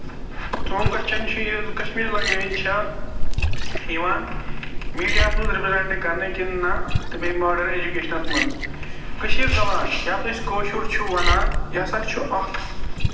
چون کوسچن چھُ یہِ کَشمیٖرِ لینگویج چھا یِوان میٖڈیاہَس منٛز رِگوٗلنٹہٕ کَرنہٕ کِنہٕ نہٕ تہٕ بیٚیہِ ماڈٲرٕن ایجوٗکیشنَس منٛز کٔشیٖر زَبان یَتھ أسۍ کٲشُر چھُ وَنان یہِ ہسا چھُ اَکھ